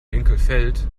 winkelfeld